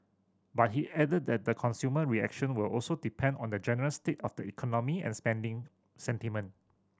but he added that the consumer reaction will also depend on the general state of the economy and spending sentiment